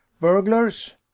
Burglars